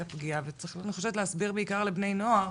הפגיעה וצריך אני חושבת להסביר בעיקר לבני נוער,